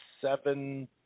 seven